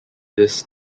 this